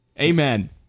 Amen